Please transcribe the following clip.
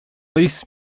least